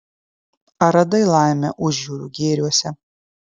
ar radai laimę užjūrių gėriuose